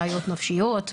בעיות נפשיות,